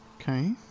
Okay